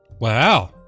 Wow